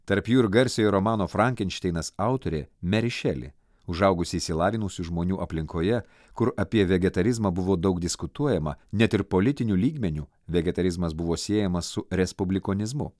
tarp jų ir garsiojo romano frankenšteinas autorė meri šeli užaugusi išsilavinusių žmonių aplinkoje kur apie vegetarizmą buvo daug diskutuojama net ir politiniu lygmeniu vegetarizmas buvo siejamas su respublikonizmu